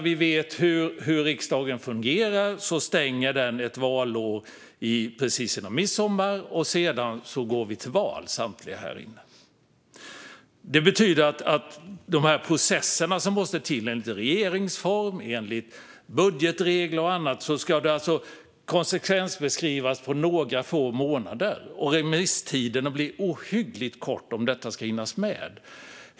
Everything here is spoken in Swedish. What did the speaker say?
Vi vet hur riksdagen fungerar. Under ett valår stänger den precis före midsommar, och sedan går samtliga här inne till val. Det betyder att med de här processerna som måste till enligt regeringsformen, budgetregler och annat ska det konsekvensbeskrivas på några få månader. Remisstiden blir ohyggligt kort om detta ska hinnas med.